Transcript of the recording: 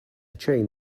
chain